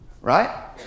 right